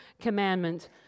commandment